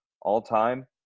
all-time